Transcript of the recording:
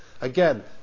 again